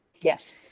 Yes